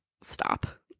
Stop